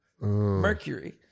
Mercury